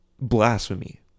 blasphemy